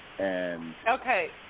Okay